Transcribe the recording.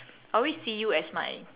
I always see you as my